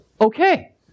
okay